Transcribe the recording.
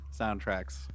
soundtracks